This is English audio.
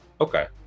Okay